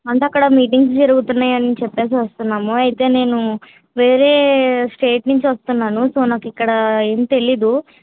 అంటే అక్కడ మీటింగ్స్ జరుగుతున్నాయి అని చెప్పి వస్తున్నాం అయితే నేను వేరే స్టేట్ నుంచి వస్తున్నాను సో నాకు ఇక్కడ ఏమి తెలియదు